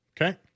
Okay